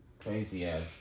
crazy-ass